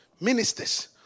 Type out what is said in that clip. ministers